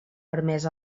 permès